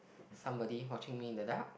somebody watching me in the dark